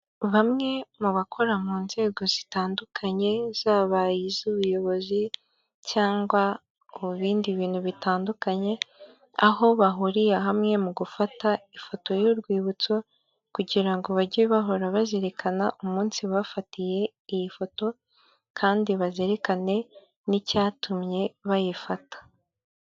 Bamwe mu bakora mu nzego zitandukanye zaba iz'ubuyobozi cyangwa mu bindi bintu bitandukanye, aho bahuriye hamwe mu gufata ifoto y'urwibutso kugira ngo bajye bahora bazirikana umunsi bafatiye iyi foto kandi bazirikane n'icyatumye bayifata.